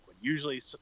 Usually